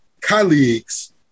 colleagues